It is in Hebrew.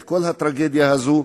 את כל הטרגדיה הזאת,